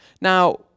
Now